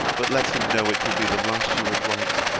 but let him know it will be the last you will write.